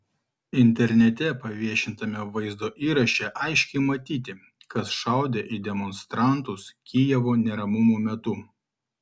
internete paviešintame vaizdo įraše aiškiai matyti kas šaudė į demonstrantus kijevo neramumų metu